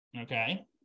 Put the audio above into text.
Okay